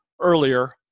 earlier